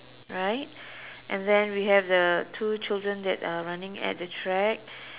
right and then we have the two children that are running at the track